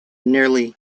nearly